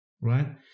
right